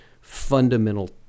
fundamental